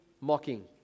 mocking